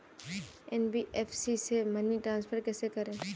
NBFC से money transfer कैसे करें?